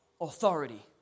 Authority